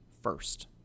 first